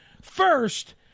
first